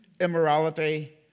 immorality